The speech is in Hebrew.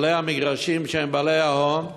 בעלי המגרשים, שהם בעלי ההון,